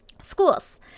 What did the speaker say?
Schools